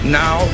now